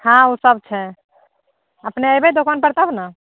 हँ ओ सब छै अपने अएबे दोकान पर तब ने